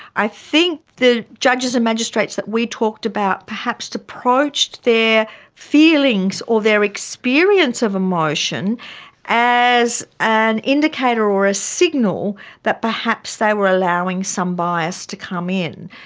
i think the judges and magistrates that we talked about perhaps approached their feelings or their experience of emotion as an indicator or a signal that perhaps they were allowing some bias to come in,